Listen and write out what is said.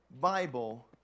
Bible